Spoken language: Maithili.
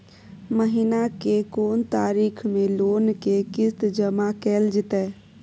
महीना के कोन तारीख मे लोन के किस्त जमा कैल जेतै?